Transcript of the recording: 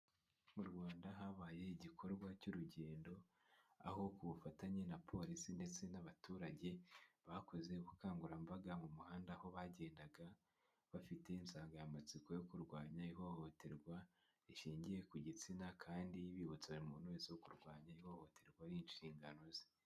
Mu Rwanda habaye igikorwa cy'urugendo, aho ku bufatanye na polisi ndetse n'abaturage, bakoze ubukangurambaga mu muhanda, aho bagendaga bafite insanganyamatsiko yo kurwanya ihohoterwa rishingiye ku gitsina kandi bibutsa buri umuntu wese wo kurwanya ihohoterwa ari inshingano ze.